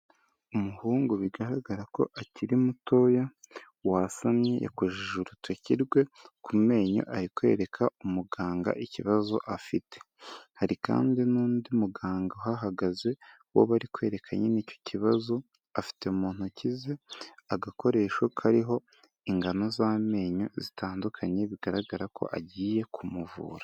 Umuhungu bigaragara ko akiri mutoya wasamye, yakojeje urutoki rwe ku menyo ari kwereka umuganga ikibazo afite. Hari kandi n'undi muganga uhahagaze, uwo bari kwerereke nyine icyo kibazo, afite mu ntoki ze agakoresho kariho ingano z'amenyo zitandukanye bigaragara ko agiye kumuvura.